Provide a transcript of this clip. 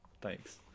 thanks